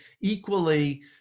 equally